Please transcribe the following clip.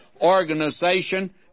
organization